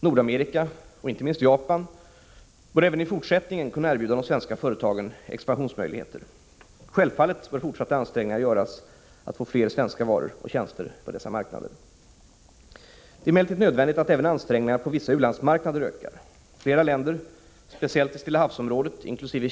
Nordamerika och inte minst Japan bör även i fortsättningen kunna erbjuda de svenska företagen expansionsmöjligheter. Självfallet bör fortsatta ansträngningar göras att få fler svenska varor och tjänster på dessa marknader. Det är emellertid nödvändigt att även ansträngningarna på vissa ulandsmarknader ökar. Flera länder, speciellt i Stilla havs-området inkl.